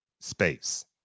space